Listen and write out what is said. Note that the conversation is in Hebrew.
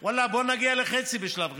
ואללה, בוא נגיע לחצי בשלב ראשוני.